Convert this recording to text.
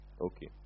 Okay